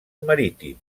marítim